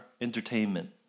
entertainment